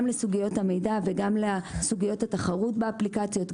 גם לסוגיות המידע וגם לסוגיות התחרות באפליקציות.